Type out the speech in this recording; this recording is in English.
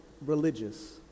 religious